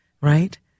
right